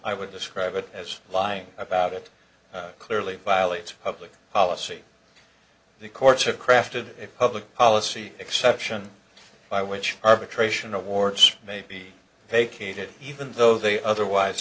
i would describe it as lying about it clearly violates public policy the courts have crafted a public policy exception by which arbitration awards may be vacated even though they otherwise